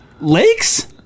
Lakes